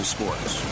Sports